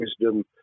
wisdom